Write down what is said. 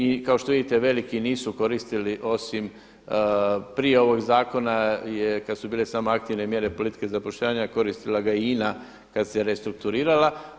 I kao što vidite, veliki nisu koristili osim prije ovog zakona kada su bile samo aktivne mjere politike zapošljavanja koristila ga je INA-a kad se restrukturirala.